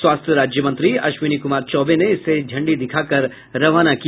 स्वास्थ्य राज्यमंत्री अश्वनी कुमार चौबे ने इसे झंडी दिखाकर रवाना किया